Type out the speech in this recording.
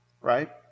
right